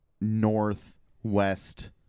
northwest